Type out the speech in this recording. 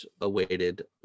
awaited